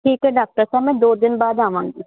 ਇਕ ਡਾਕਟਰ ਸਾਹਿਬ ਮੈਂ ਦੋ ਦਿਨ ਬਾਅਦ ਆਵਾਂਗੀ